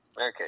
Okay